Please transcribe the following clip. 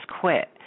quit